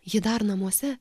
ji dar namuose